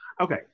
okay